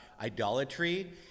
idolatry